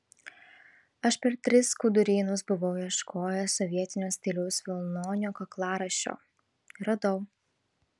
aš per tris skudurynus buvau ieškojęs sovietinio stiliaus vilnonio kaklaraiščio radau